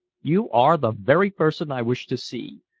you are the very person i wish to see.